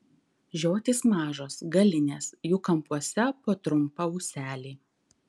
žiotys mažos galinės jų kampuose po trumpą ūselį